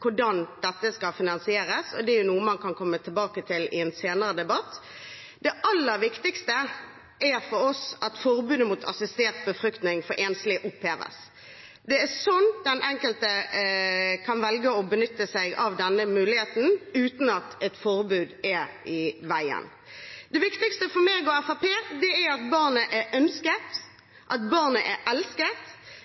hvordan dette skal finansieres, og det er noe man kan komme tilbake til i en senere debatt. Det aller viktigste for oss er at forbudet mot assistert befruktning for enslige oppheves. Det er slik den enkelte kan velge å benytte seg av denne muligheten uten at et forbud er i veien. Det viktigste for meg og Fremskrittspartiet er at barnet er ønsket, at barnet er elsket.